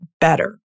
better